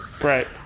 Right